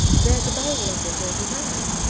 there's a barrel of it over there,